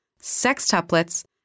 sextuplets